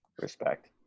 Respect